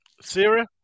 Syria